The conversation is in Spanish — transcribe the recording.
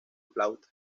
flauta